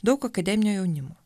daug akademinio jaunimo